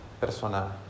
persona